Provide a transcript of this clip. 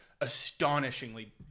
astonishingly